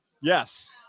Yes